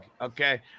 Okay